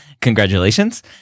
congratulations